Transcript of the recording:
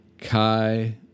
kai